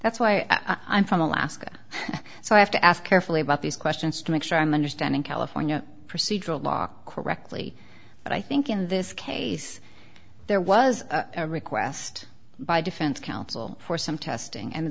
that's why i'm from alaska so i have to ask carefully about these questions to make sure i'm understanding california procedural law correctly but i think in this case there was a request by defense counsel for some testing and